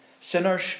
sinners